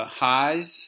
highs